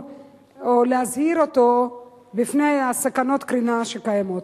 או להזהיר אותנו מפני סכנות הקרינה שקיימות.